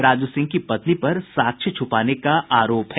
राजू सिंह की पत्नी पर साक्ष्य छुपाने का आरोप है